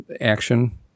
action